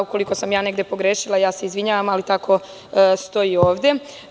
Ukoliko sam ja negde pogrešila, izvinjavam se, ali tako stoji ovde.